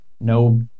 No